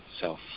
self